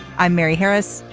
i'm mary harris.